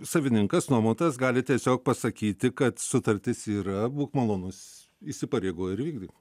savininkas nuomotojas gali tiesiog pasakyti kad sutartis yra būk malonus įsipareigojai ir vykdyk